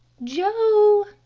joe!